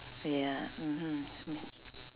ya mmhmm mm